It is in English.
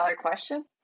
question